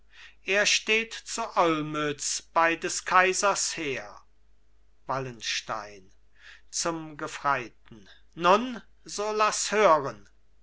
er steht zu olmütz bei des kaisers heer wallenstein zum gefreiten nun so laß hören